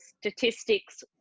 statistics